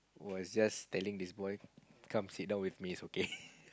was just telling this boy come sit down with me it's okay